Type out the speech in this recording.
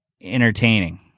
entertaining